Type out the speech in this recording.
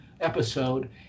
episode